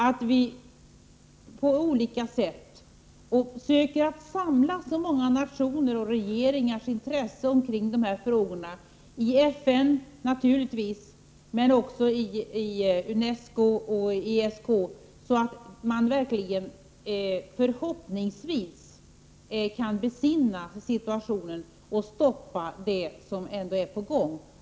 Det gäller att på olika sätt försöka att samla så många nationers och regeringars intressen för dessa frågor som möjligt, naturligtvis i FN och också i UNESCO och ESK, så att man förhoppningsvis kan besinna situationens allvar och stoppa det som pågår.